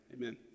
Amen